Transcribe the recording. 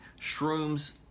shrooms